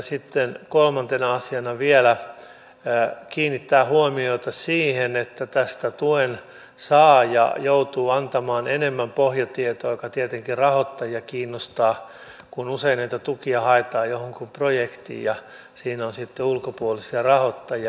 sitten kolmantena asiana vielä kiinnitetään huomiota siihen että tuen saaja joutuu antamaan enemmän pohjatietoa mikä tietenkin rahoittajia kiinnostaa kun usein näitä tukia haetaan johonkin projektiin ja siinä on sitten ulkopuolisia rahoittajia